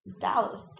Dallas